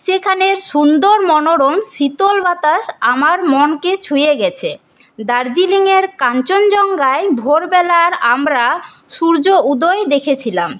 সেখানের সুন্দর মনোরম শীতল বাতাস আমার মনকে ছুঁয়ে গেছে দার্জিলিংয়ের কাঞ্চঞ্জঙ্ঘায় ভোরবেলার আমরা সূর্যোদয় দেখেছিলাম